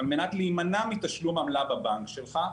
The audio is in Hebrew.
על-מנת להימנע מתשלום עמלה בבנק שלך,